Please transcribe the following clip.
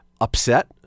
upset